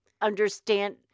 understand